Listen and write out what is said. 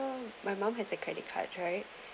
my mom has a credit cards right